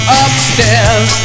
upstairs